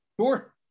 Sure